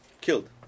killed